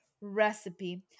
recipe